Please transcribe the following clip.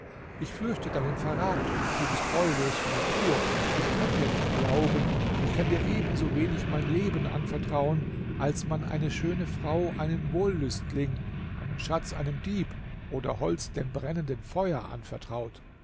ich fürchte deinen verrat du bist treulos von natur ich kann dir nicht glauben ich kann dir ebensowenig mein leben anvertrauen als man eine schöne frau einem wollüstling einen schatz einem dieb oder holz dem brennenden feuer anvertraut